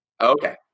Okay